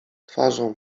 twarzą